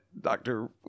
doctor